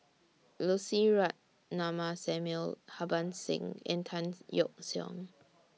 Lucy Ratnammah Samuel Harbans Singh and Tan Yeok Seong